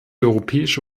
europäische